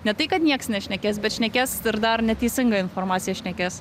ne tai kad nieks nešnekės bet šnekės ir dar neteisingą informaciją šnekės